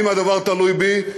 אם הדבר תלוי בי,